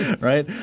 right